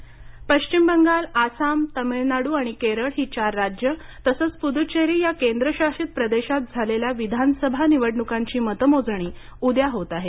निवडणूक मतमोजणी पश्चिम बंगाल आसाम तामिळनाडू आणि केरळ ही चार राज्यं तसंच पुदुच्चेरी या केंद्रशासित प्रदेशात झालेल्या विधानसभा निवडणुकांची मतमोजणी उद्या होत आहे